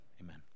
Amen